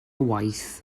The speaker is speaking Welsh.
waith